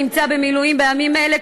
שנמצא במילואים בימים אלה,